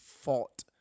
fought